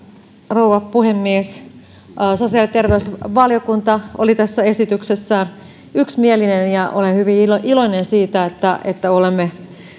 rouva puhemies sosiaali ja terveysvaliokunta oli tässä esityksessään yksimielinen ja olen hyvin iloinen siitä että että olemme